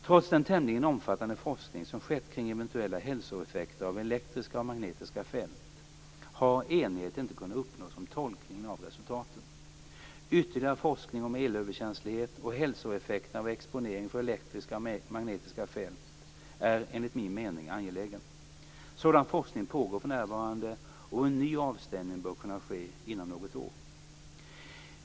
Trots den tämligen omfattande forskning som skett kring eventuella hälsoeffekter av elektriska och magnetiska fält har enighet inte kunnat uppnås om tolkningen av resultaten. Ytterligare forskning om elöverkänslighet och hälsoeffekterna av exponering för elektriska och magnetiska fält är, enligt min mening, angelägen. Sådan forskning pågår för närvarande, och en ny avstämning bör kunna ske inom något år.